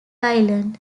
island